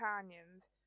companions